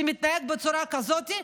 שמתנהג בצורה כזאת,